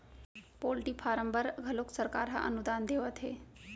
poultry farm बर घलोक सरकार ह अनुदान देवत हे